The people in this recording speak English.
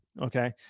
Okay